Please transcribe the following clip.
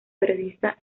periodista